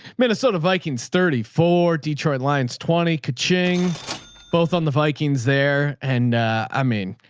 minnesota vikings, thirty four, detroit lions, twenty kuching both on the vikings there. and i mean,